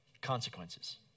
consequences